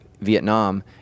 Vietnam